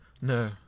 no